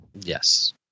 Yes